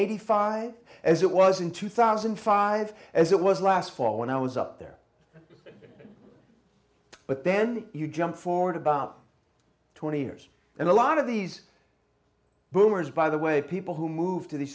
and five as it was in two thousand and five as it was last fall when i was up there but then you jump forward about twenty years and a lot of these boomers by the way people who move to these